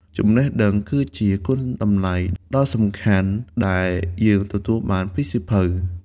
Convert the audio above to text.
ចំណេះដឹង គឺជាគុណតម្លៃដ៏សំខាន់ដែលយើងទទួលបានពីសៀវភៅ។